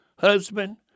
husband